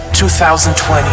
2020